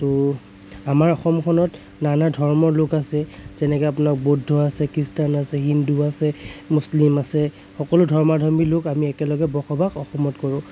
ত' আমাৰ অসমখনত নানা ধৰ্মৰ লোক আছে যেনেকে আপোনাৰ বৌদ্ধ আছে খ্ৰীষ্টান আছে হিন্দু আছে মুছলিম আছে সকলে ধৰ্মাধৰ্মীৰ লোক একেলগে বসবাস অসমত কৰোঁ